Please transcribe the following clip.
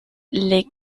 les